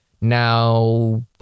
Now